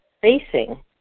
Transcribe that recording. facing